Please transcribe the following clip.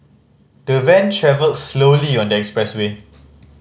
the van travelled slowly on the expressway